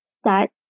start